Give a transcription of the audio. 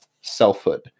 selfhood